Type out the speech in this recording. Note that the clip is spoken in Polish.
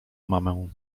mamę